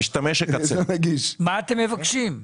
מה אתם מבקשים?